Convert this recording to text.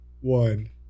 one